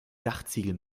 dachziegel